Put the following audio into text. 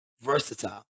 versatile